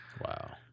Wow